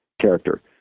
character